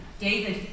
David